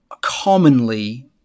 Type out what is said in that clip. commonly